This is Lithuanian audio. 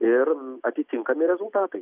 ir atitinkami rezultatai